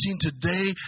today